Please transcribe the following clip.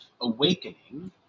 awakening